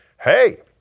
Hey